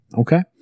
Okay